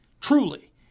truly